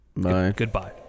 Goodbye